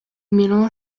mélange